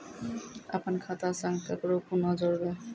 अपन खाता संग ककरो कूना जोडवै?